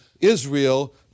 Israel